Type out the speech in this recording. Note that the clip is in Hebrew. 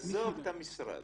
עזוב את המשרד.